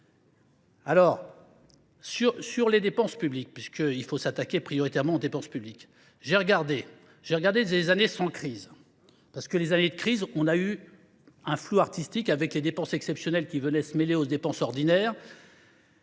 Alors, sur les dépenses publiques, puisqu'il faut s'attaquer prioritairement aux dépenses publiques, j'ai regardé les années sans crise. Parce que les années de crise, on a eu un flou artistique avec les dépenses exceptionnelles qui venaient se mêler aux dépenses ordinaires.